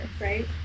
right